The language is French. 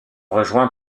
rejoints